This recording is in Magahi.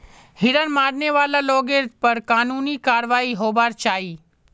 हिरन मारने वाला लोगेर पर कानूनी कारवाई होबार चाई